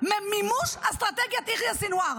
מימוש אסטרטגיית יחיא סנוואר,